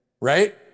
right